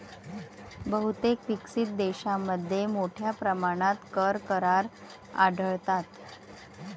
बहुतेक विकसित देशांमध्ये मोठ्या प्रमाणात कर करार आढळतात